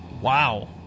Wow